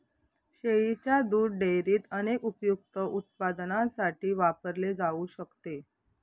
शेळीच्या दुध डेअरीत अनेक उपयुक्त उत्पादनांसाठी वापरले जाऊ शकते